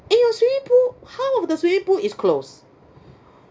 and your swimming pool half of the swimming pool is close